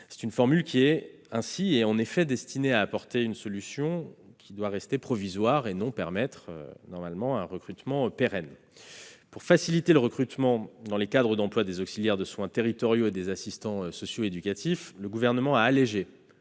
c'est une formule destinée à apporter une solution qui doit rester provisoire et non permettre un recrutement pérenne. Pour faciliter le recrutement dans les cadres d'emploi des auxiliaires de soins territoriaux et des assistants sociaux éducatifs, le Gouvernement a allégé